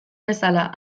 bezala